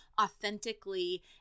authentically